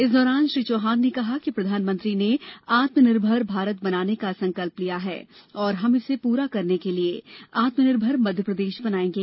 इस दौरान श्री चौहान ने कहा कि प्रधानमंत्री ने आत्मनिर्भर भारत बनाने का संकल्प लिया है और हम इसे पूरा करने के लिए आत्मनिर्भर मध्यप्रदेश बनाएंगे